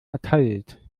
erteilt